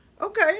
Okay